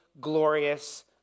glorious